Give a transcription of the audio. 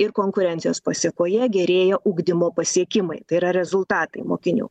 ir konkurencijos pasekoje gerėja ugdymo pasiekimai tai yra rezultatai mokinių